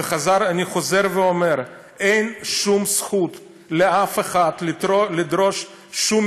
ואני חוזר ואומר: אין שום זכות לאף אחד לדרוש שום